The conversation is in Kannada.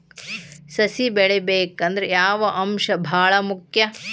ಸಸಿ ಬೆಳಿಬೇಕಂದ್ರ ಯಾವ ಅಂಶ ಭಾಳ ಮುಖ್ಯ?